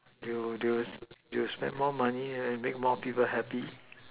you use use you spent more money and make more people happy